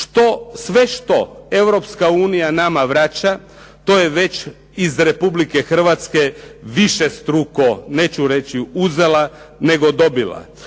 sve što Europska unija nama vraća, to je već iz Republike Hrvatske višestruko, neću reći uzela, nego dobila.